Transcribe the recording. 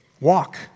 walk